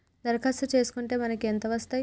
దరఖాస్తు చేస్కుంటే మనకి ఎంత వస్తాయి?